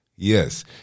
Yes